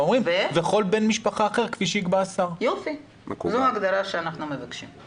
האם צריך להיות יחס בין מה שהוא מקבל כמתנדב למה שאנחנו רוצים להוסיף?